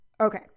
Okay